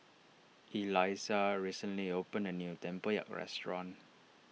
Elissa recently opened a new Tempoyak restaurant